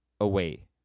away